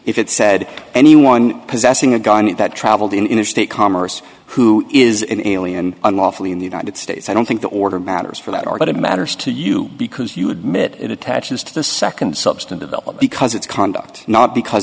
if it said anyone possessing a gun at that traveled in interstate commerce who is an alien unlawfully in the united states i don't think the order matters for that or that it matters to you because you admit it attaches to the second substantive because it's conduct not because